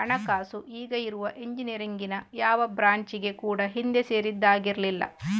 ಹಣಕಾಸು ಈಗ ಇರುವ ಇಂಜಿನಿಯರಿಂಗಿನ ಯಾವ ಬ್ರಾಂಚಿಗೆ ಕೂಡಾ ಹಿಂದೆ ಸೇರಿದ್ದಾಗಿರ್ಲಿಲ್ಲ